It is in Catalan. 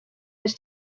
les